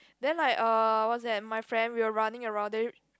then like uh what's that my friend we were running around then